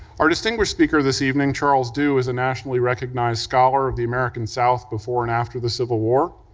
our distinguished speaker this evening, charles dew, is a nationally recognized scholar of the american south before and after the civil war.